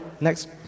next